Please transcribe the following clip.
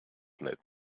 netz